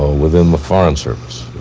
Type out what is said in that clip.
within the foreign service.